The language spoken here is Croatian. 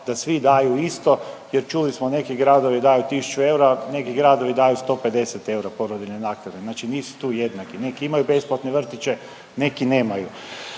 da svi daju isto. Jer čuli smo neki gradovi daju 1000 eura, neki gradovi daju 150 eura porodiljne naknade. Znači nisu tu jednaki. Neki imaju besplatne vrtiće, neki nemaju.